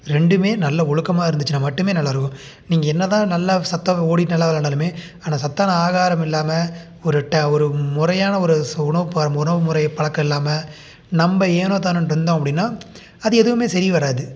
ரெண்டும் நல்ல ஒழுக்கமாக இருந்துச்சுன்னா மட்டும் நல்லாயிருக்கும் நீங்கள் என்ன தான் நல்லா சத்தாக ஓடி நல்லா விளையாண்டாலுமே ஆனால் சத்தான ஆகாரமில்லாமல் ஒரு ட ஒரு முறையான ஒரு உணவு பா உணவு முறை பழக்கம் இல்லாமல் நம்ம ஏனோதானோன்ட்டு இருந்தோம் அப்படின்னா அது எதுவும் சரி வராது